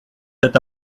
cet